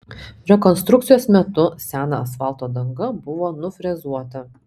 rekonstrukcijos metu sena asfalto danga buvo nufrezuota